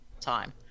Time